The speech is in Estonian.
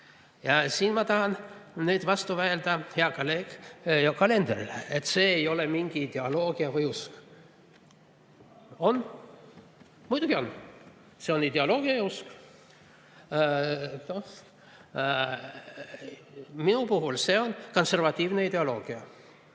siin ma tahan nüüd vastu vaielda heale kolleegile Yoko Alenderile, et see ei ole mingi ideoloogia või usk. On. Muidugi on, see on ideoloogia ja usk. Minu puhul see on konservatiivne ideoloogia.